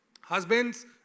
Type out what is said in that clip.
Husbands